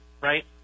right